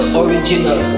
original